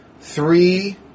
Three